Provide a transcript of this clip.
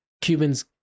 cubans